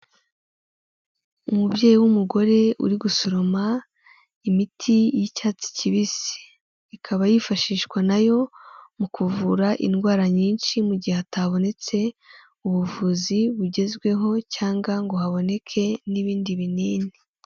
umubyeyi w'umugore uri gusoroma imiti y'icyatsi kibisi. Ikaba yifashishwa nayo, mu kuvura indwara nyinshi mu gihe hatabobonetse ubuvuzi bugezweho, cyangwa ngo haboneke n'ibindi binini.